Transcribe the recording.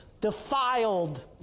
defiled